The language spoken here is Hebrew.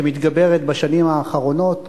שמתגברת בשנים האחרונות,